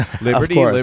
Liberty